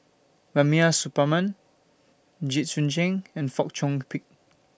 Rubiah Suparman Jit Ch'ng and Fong Chong Pik